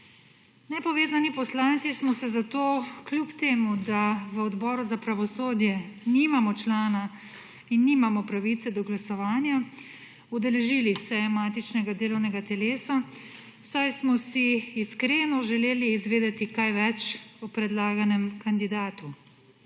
Nepovezani poslanci smo se zato kljub temu, da v Odboru za pravosodje nimamo člana in nimamo pravice do glasovanja, udeležili seje matičnega delovnega telesa, saj smo si iskreno želeli izvedeti kaj več o predlaganem kandidatu.